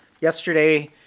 Yesterday